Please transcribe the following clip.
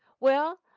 well,